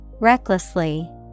Recklessly